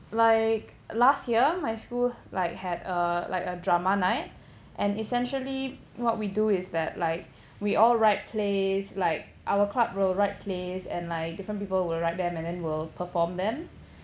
like last year my school like had a like a drama night and essentially what we do is that like we all write plays like our club will write plays and like different people will write them and then we'll perform them